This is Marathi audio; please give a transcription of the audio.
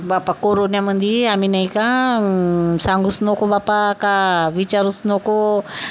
बापा कोरोन्यामध्ये आम्ही नाही का सांगूस नको बापा का विचारूच नको